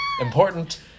important